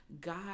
God